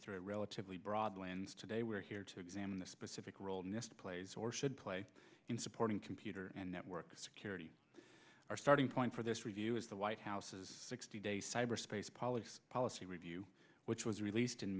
a relatively broad lands today we're here to examine the specific role plays or should play in supporting computer and network security our starting point for this review is the white house's sixty day cyberspace policy policy review which was released in